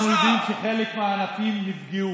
אנחנו יודעים שחלק מהענפים נפגעו.